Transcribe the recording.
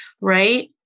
right